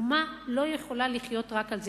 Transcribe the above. אומה לא יכולה לחיות רק על זה,